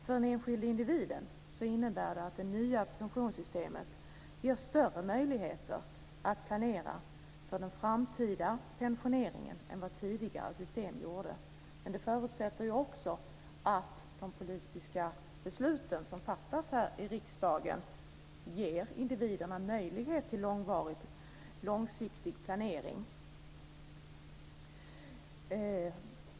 För den enskilde individen innebär det att det nya pensionssystemet ger större möjligheter att planera för den framtida pensioneringen än vad tidigare system gjorde. Men det förutsätter också att de politiska beslut som fattas här i riksdagen ger individerna möjlighet till långsiktig planering.